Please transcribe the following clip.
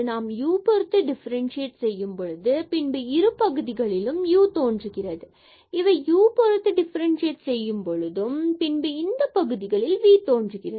நாம் u பொறுத்து differentiate செய்யும்பொழுது பின்பு இரு பகுதிகளிலும் u தோன்றுகிறது மற்றும் இவை u பொறுத்து டிஃபரண்சியேட் செய்யும் பொழுதும் பின்பும் இது இந்த பகுதிகளில் v தோன்றுகிறது